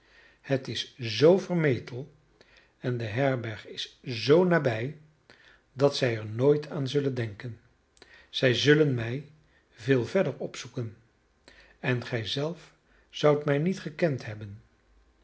het is zoo vermetel en de herberg is zoo nabij dat zij er nooit aan zullen denken zij zullen mij veel verder opzoeken en gijzelf zoudt mij niet gekend hebben